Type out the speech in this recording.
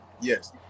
yes